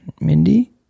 Mindy